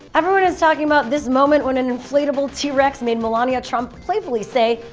everyone is talking about this moment when an inflatable t-rex made melania trump playfully say,